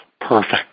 Perfect